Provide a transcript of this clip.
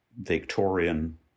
Victorian